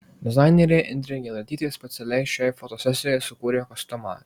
dizainerė indrė giedraitytė specialiai šiai fotosesijai sukūrė kostiumą